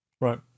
right